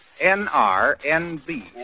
N-R-N-B